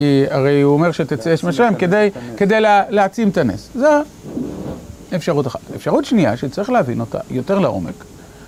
הרי הוא אומר שתצא אש משלם כדי להעצים את הנס, זו האפשרות אחת. אפשרות שנייה שצריך להבין אותה יותר לעומק.